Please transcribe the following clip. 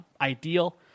ideal